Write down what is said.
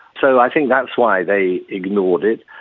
so i think that's why they ignored it.